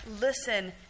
Listen